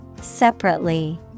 Separately